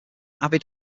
avid